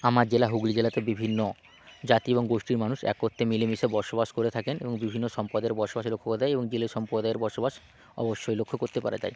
আমার জেলা হুগলি জেলাতে বিভিন্ন জাতি এবং গোষ্ঠীর মানুষ একত্রে মিলেমিশে বসবাস করে থাকেন এবং বিভিন্ন সম্প্রদায়ের বসবাসের উপাদায় জেলে সম্প্রদায়ের বসবাস অবশ্যই লক্ষ্য করতে পারা যায়